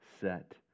set